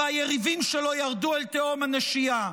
והיריבים שלו ירדו אל תהום הנשייה.